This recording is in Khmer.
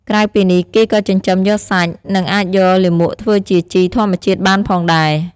ក្រៅពីនេះ គេក៏ចិញ្ចឹមយកសាច់ និងអាចយកលាមកធ្វើជាជីធម្មជាតិបានផងដែរ។